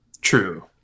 True